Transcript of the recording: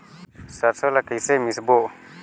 सरसो ला कइसे मिसबो?